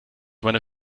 meiner